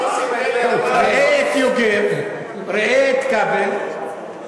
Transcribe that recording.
ראה את יוגב, ראה את כבל,